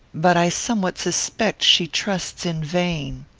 but i somewhat suspect she trusts in vain.